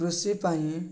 କୃଷି ପାଇଁ